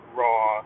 raw